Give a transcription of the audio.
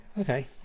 Okay